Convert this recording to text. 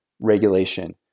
regulation